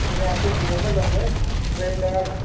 मैया फैजेन्नायाव मोजांमोन ओमफ्राय दा